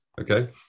okay